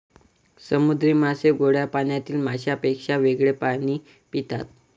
समुद्री मासे गोड्या पाण्यातील माशांपेक्षा वेगळे पाणी पितात